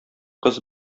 кыз